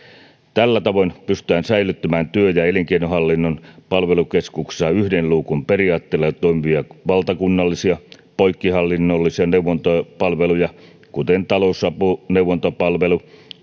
tällä tavoin pystytään säilyttämään työ ja elinkeinohallinnon palvelukeskuksissa yhden luukun periaatteella toimivia valtakunnallisia poikkihallinnollisia neuvontapalveluja kuten talousapuneuvontapalvelu